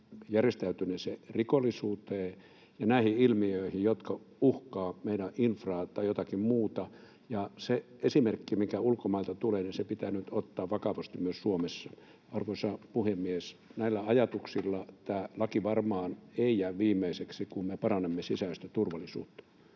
järjestäytyneeseen rikollisuuteen että näihin ilmiöihin, jotka uhkaavat meidän infraa tai jotakin muuta. Se esimerkki, mikä ulkomailta tulee, pitää nyt ottaa vakavasti myös Suomessa. Arvoisa puhemies! Näillä ajatuksilla tämä laki varmaan ei jää viimeiseksi, kun me parannamme sisäistä turvallisuutta.